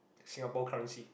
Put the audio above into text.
Singapore currency